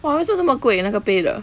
!whoa! 为什么这么贵那个杯的